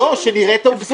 לא, שנראה את העובדות.